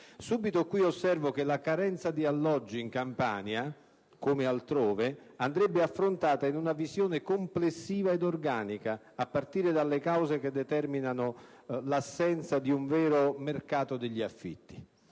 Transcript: Subito qui osservo che la carenza di alloggi in Campania, come altrove, andrebbe affrontata in una visione complessiva e organica, a partire dalle cause che determinano l'assenza di un vero mercato degli affitti.